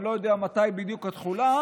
אני לא יודע בדיוק מתי התחולה,